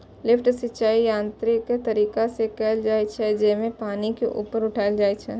lift सिंचाइ यांत्रिक तरीका से कैल जाइ छै, जेमे पानि के ऊपर उठाएल जाइ छै